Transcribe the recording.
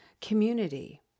community